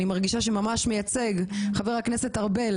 מרגישה שממש מייצג חבר הכנסת משה ארבל